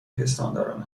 پستانداران